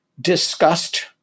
discussed